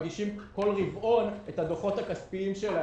מגישים בכל רבעון את הדוחות הכספיים שלהם.